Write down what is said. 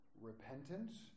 repentance